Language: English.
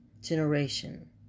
generation